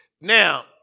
Now